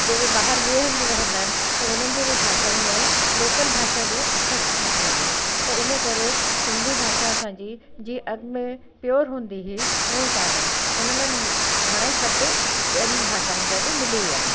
जेके ॿाहिरि ॿिए हंधि रहंदा आहिनि त हुननि जी बि भाषाऊं में लोकल भाषा असर अची थो वञे त इन करे सिंधी भाषा असांजी अन्य प्योर हूंदी ई उहे कोन्हे हुन में घणाई शब्द ॿियनि भाषाउनि जा बि मिली विया आहिनि